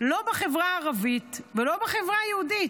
לא בחברה הערבית ולא בחברה היהודית.